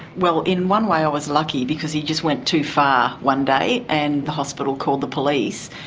well, in one way i was lucky because he just went too far one day and the hospital called the police.